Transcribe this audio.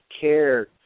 care